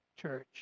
church